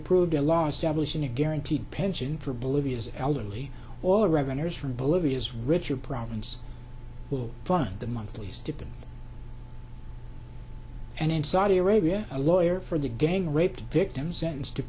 a guaranteed pension for bolivia's elderly all revenues from bolivia's richer province will fund the monthly steeping and in saudi arabia a lawyer for the gang rape victims sentenced to